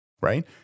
right